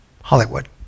Hollywood